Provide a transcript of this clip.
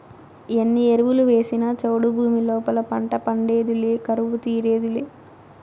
ఎన్ని ఎరువులు వేసినా చౌడు భూమి లోపల పంట పండేదులే కరువు తీరేదులే